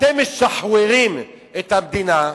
אתם משחירים את המדינה,